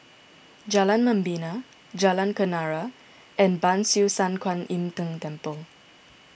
Jalan Membina Jalan Kenarah and Ban Siew San Kuan Im Tng Temple